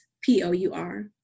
P-O-U-R